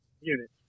units